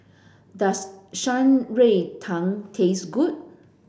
does Shan Rui Tang taste good